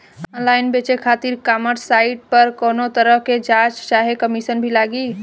Online बेचे खातिर e commerce site पर कौनोतरह के चार्ज चाहे कमीशन भी लागी?